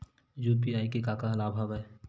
UPI के का का लाभ हवय?